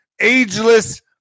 Ageless